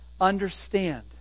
understand